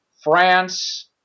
France